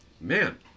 Man